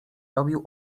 robił